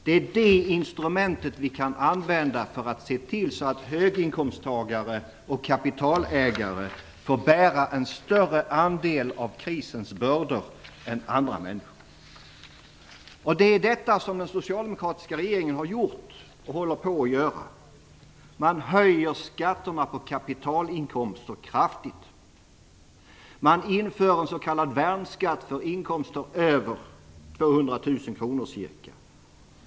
Det är det instrument vi kan använda för att se till att höginkomsttagare och kapitalägare får bära en större andel av krisens bördor än andra människor. Det är detta den socialdemokratiska regeringen har gjort och håller på att göra. Vi höjer skatterna på kapitalinkomster kraftigt. Vi inför en s.k. värnskatt för inkomster över ca 200 000 kr.